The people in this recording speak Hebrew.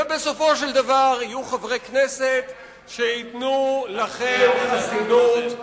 ובסופו של דבר יהיו חברי כנסת שייתנו לכם חסינות,